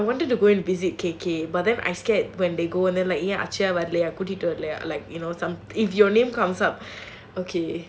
no I wanted to go and visit K_K but then I scared when they go then like akshaya வரலையா கூட்டிட்டு வரலையா:varalayaa kootittu varalayaa you know if your name comes up